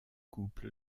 couple